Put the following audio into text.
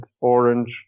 orange